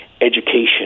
education